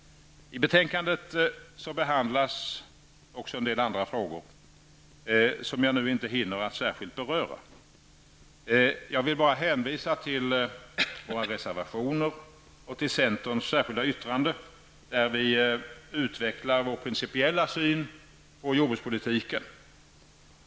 I betänkandet behandlas även en del andra frågor som jag nu inte hinner att särskilt beröra. Jag vill endast hänvisa till våra reservationer och till centerns särskilda yttrande där vi utvecklar vår principiella syn på jordbrukspolitiken.